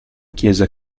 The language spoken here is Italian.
chiesa